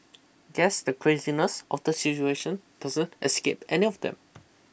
guess the craziness of the situation doesn't escape any of them